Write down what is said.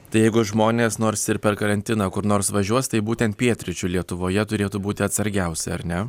tai jeigu žmonės nors ir per karantiną kur nors važiuos tai būtent pietryčių lietuvoje turėtų būti atsargiausi ar ne